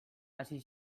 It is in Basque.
hasi